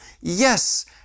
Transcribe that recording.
Yes